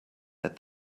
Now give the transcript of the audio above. that